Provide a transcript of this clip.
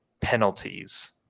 penalties